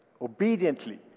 obediently